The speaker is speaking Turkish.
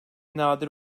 nadir